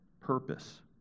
purpose